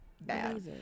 bad